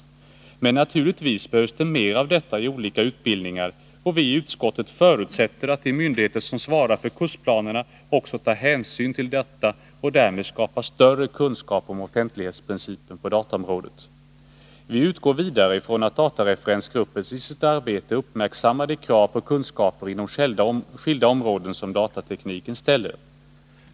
Nr 126 Men naturligtvis behövs det mer av detta i olika utbildningar, och vi i utskottet förutsätter att de myndigheter som svarar för kursplanerna också tar hänsyn till detta och skapar större kunskap om offentlighetsprincipen på dataområdet. Vi utgår vidare från att datareferensgruppen i sitt arbete uppmärksammar de krav på kunskaper inom skilda områden som datatekniken ställer.